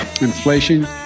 inflation